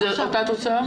זאת אותה תוצאה?